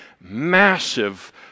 massive